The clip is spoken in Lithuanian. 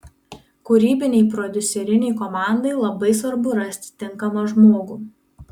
kūrybinei prodiuserinei komandai labai svarbu rasti tinkamą žmogų